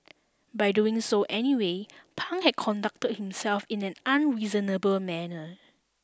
by doing so anyway Pang had conducted himself in an unreasonable manner